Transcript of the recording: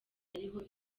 ariho